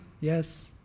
yes